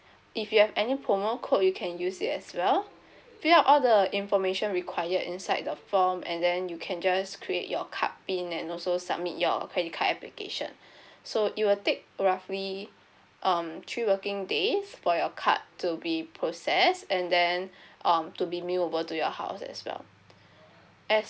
if you have any promo code you can use it as well fill up all the information required inside the form and then you can just create your card pin and also submit your credit card application so it will take roughly um three working days for your card to be processed and then um to be mailed over to your house as well as